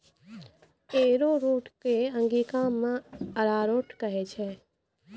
arrowroot कॅ अंगिका मॅ अरारोट कहै छै